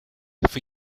for